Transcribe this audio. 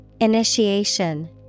Initiation